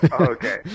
Okay